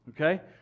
okay